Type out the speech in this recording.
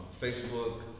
Facebook